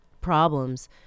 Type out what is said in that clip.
problems